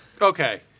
Okay